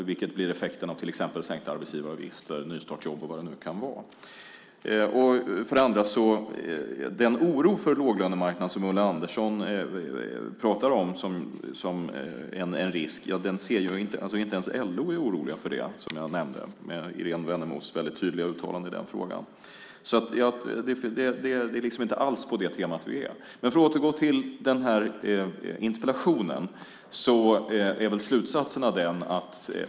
Det blir effekten av till exempel sänkta arbetsgivaravgifter, nystartsjobb och vad det nu kan vara. Ulla Andersson talar om en oro för en låglönemarknad. Inte ens LO är oroligt för det, som jag nämnde, vilket framgår av Irene Wennemos väldigt tydliga uttalande i den frågan. Det är inte alls på det temat vi är. Jag ska återgå till interpellationen.